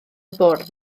bwrdd